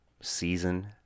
season